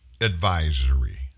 advisory